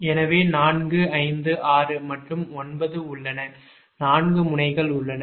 எனவே 456 மற்றும் 9 உள்ளன 4 முனைகள் உள்ளன